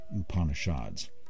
Upanishads